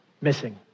Missing